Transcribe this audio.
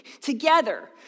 Together